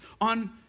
on